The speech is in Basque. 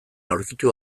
aurkitu